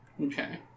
Okay